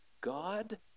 God